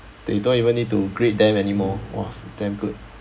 they don't even need to grade them anymore !wah! so damn good